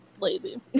lazy